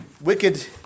wicked